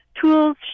tools